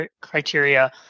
criteria